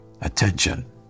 attention